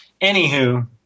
anywho